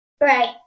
Right